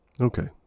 Okay